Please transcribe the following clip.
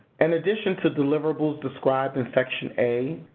and addition to deliverables described in section a,